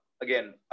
again